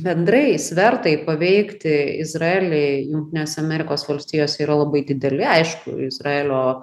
bendrai svertai paveikti izraelį jungtinės amerikos valstijos yra labai dideli aišku izraelio